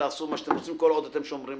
תעשו את מה שאתם רוצים כל עוד אתם שומרים